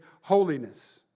holiness